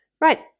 Right